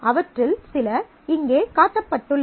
அவற்றில் சில இங்கே காட்டப்பட்டுள்ளன